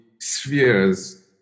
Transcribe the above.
spheres